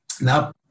Now